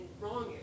wrong